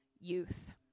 youth